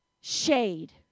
shade